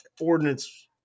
ordinance